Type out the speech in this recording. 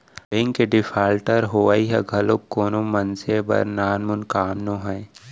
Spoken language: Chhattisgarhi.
बेंक के डिफाल्टर होवई ह घलोक कोनो मनसे बर नानमुन काम नोहय